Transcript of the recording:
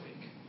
week